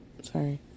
sorry